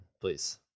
please